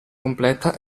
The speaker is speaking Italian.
completa